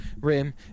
rim